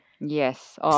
Yes